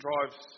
drives